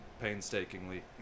painstakingly